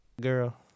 Girl